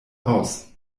aus